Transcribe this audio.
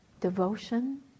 devotion